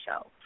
show